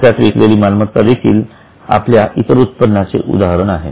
तोट्यात विकलेली मालमत्ता देखील आपल्या इतर उत्पन्नाचे उदाहरण आहे